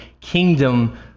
kingdom